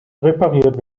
repariert